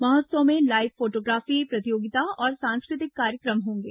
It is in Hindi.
महोत्सव में लाइव फोटोग्राफी प्रतियोगिता और सांस्कृतिक कार्यक्रम होंगे